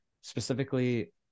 specifically